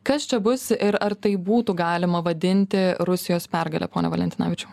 kas čia bus ir ar tai būtų galima vadinti rusijos pergale pone valentinavičiau